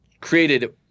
created